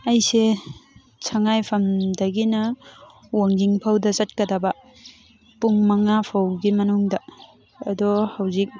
ꯑꯩꯁꯦ ꯁꯉꯥꯏꯌꯨꯝꯐꯝꯗꯒꯤꯅ ꯋꯥꯡꯖꯤꯡ ꯐꯥꯎꯗ ꯆꯠꯀꯗꯕ ꯄꯨꯡ ꯃꯉꯥ ꯐꯥꯎꯒꯤ ꯃꯅꯨꯡꯗ ꯑꯗꯣ ꯍꯧꯖꯤꯛ